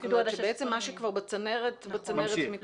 בעצם מה שכבר בצנרת, ממשיך.